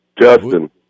Justin